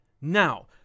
Now